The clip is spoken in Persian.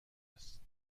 هست